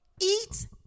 eat